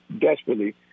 desperately